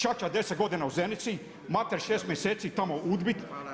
Čača 10 godina u Zenici, mater 6 mjeseci tamo u UDBA-i.